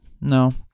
No